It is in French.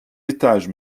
étage